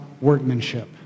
workmanship